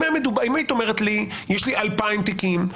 אם היית אומרת לי: "יש לי 2,000 תיקים",